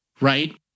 right